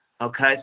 Okay